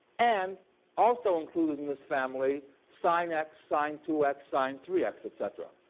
and also included in this family, sine x, sine two x, sine three x, et cetera.